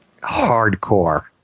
Hardcore